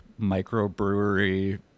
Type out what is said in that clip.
microbrewery